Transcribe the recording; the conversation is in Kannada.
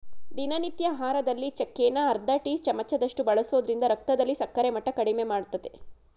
ದಿನನಿತ್ಯ ಆಹಾರದಲ್ಲಿ ಚಕ್ಕೆನ ಅರ್ಧ ಟೀ ಚಮಚದಷ್ಟು ಬಳಸೋದ್ರಿಂದ ರಕ್ತದಲ್ಲಿ ಸಕ್ಕರೆ ಮಟ್ಟ ಕಡಿಮೆಮಾಡ್ತದೆ